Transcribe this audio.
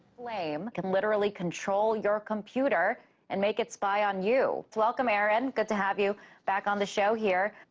flame can literally control your computer and make it spy on you. welcome aaron, good to have you back on the show here.